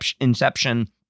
inception